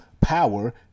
power